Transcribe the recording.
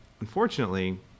Unfortunately